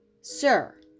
Sir